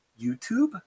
YouTube